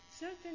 certain